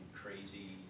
crazy